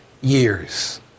years